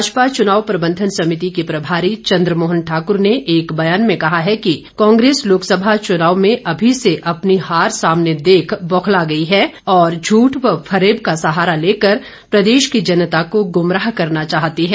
भाजपा चुनाव प्रबंधन समिति के प्रभारी चंद्रमोहन ठाक्र ने एक बयान में कहा कि कांग्रेस लोकसभा चुनाव में अभी से अपनी हार सामने देख बौखला गई है और झूठ व फेब का सहारा लेकर प्रदेश की जनता को गुमराह करना चाहती है